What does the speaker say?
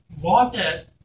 water